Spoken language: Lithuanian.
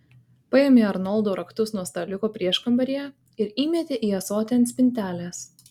paėmė arnoldo raktus nuo staliuko prieškambaryje ir įmetė į ąsotį ant spintelės